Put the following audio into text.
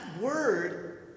word